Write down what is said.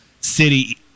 City